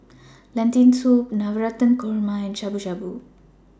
Lentil Soup Navratan Korma and Shabu Shabu